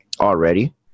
already